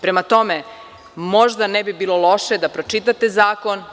Prema tome, možda ne bi bilo loše da pročitate zakon.